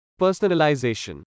Personalization